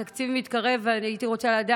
תודה.